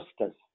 Justice